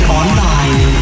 online